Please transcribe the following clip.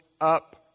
up